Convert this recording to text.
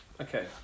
Okay